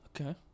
okay